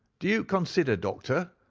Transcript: do you consider, doctor,